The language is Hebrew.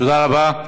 תודה רבה.